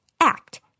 act